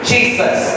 Jesus